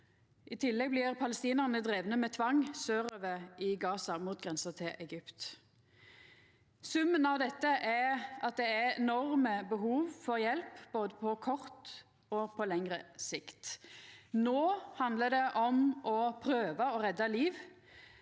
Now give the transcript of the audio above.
I tillegg blir palestinarane drivne med tvang sørover i Gaza, mot grensa til Egypt. Summen av dette er at det er enorme behov for hjelp, på både kort og lengre sikt. No handlar det om å prøva å redda liv.